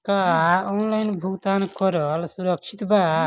का ऑनलाइन भुगतान करल सुरक्षित बा?